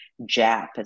Jap